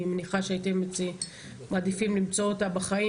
אני מניחה שהייתם מעדיפים למצוא אותה בחיים